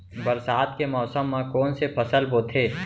बरसात के मौसम मा कोन से फसल बोथे?